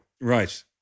Right